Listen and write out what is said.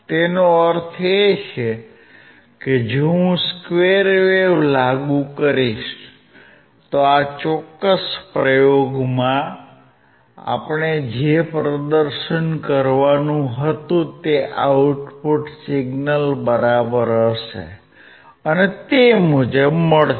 તેનો અર્થ એ છે કે જો હું સ્કવેર વેવ લાગુ કરીશ તો આ ચોક્કસ પ્રયોગમાં આપણે જે પ્રદર્શન કરવાનું હતું તે આઉટપુટ સિગ્નલ બરાબર હશે તે મુજબ મળે